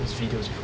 his videos